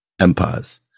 empires